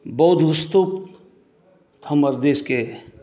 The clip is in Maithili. बौद्धस्तुप हमर देशके